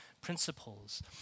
principles